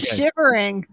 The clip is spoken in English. Shivering